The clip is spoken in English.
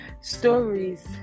stories